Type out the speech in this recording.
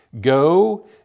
go